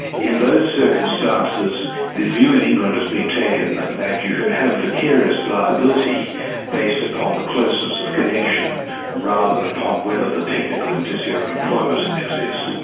in those circumstances the view in england has been taken that you can have vicarious liability based upon the closeness of connection rather than upon whether the technical indicia of employment exists.